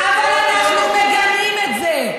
אבל אנחנו מגנים את זה.